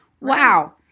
wow